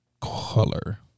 color